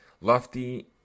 lofty